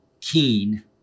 keen